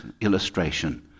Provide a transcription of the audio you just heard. illustration